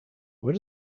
what